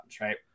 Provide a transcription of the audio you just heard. right